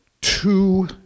two